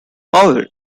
however